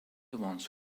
ones